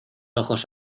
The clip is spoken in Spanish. ojos